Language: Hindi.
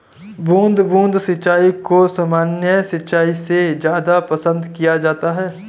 बूंद बूंद सिंचाई को सामान्य सिंचाई से ज़्यादा पसंद किया जाता है